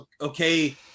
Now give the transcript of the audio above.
Okay